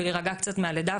ולהירגע קצת מהלידה.